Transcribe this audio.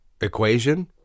equation